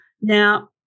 Now